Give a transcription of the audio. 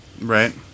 Right